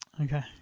okay